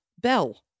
Bell